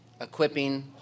equipping